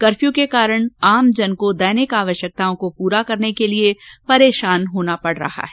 curfew के कारण आमजन को दैनिक आवश्यकताओं को पूरा करने के लिए परेशान होना पड़ रहा है